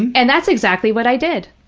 and that's exactly what i did.